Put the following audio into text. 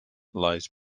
lies